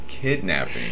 kidnapping